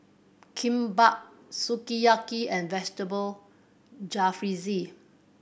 Kimbap Sukiyaki and Vegetable Jalfrezi